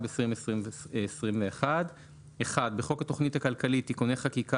התשפ"ב-2021 בחוק התכנית הכלכלית (תיקוני חקיקה